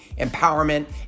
empowerment